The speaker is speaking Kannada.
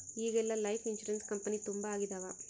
ಈಗೆಲ್ಲಾ ಲೈಫ್ ಇನ್ಸೂರೆನ್ಸ್ ಕಂಪನಿ ತುಂಬಾ ಆಗಿದವ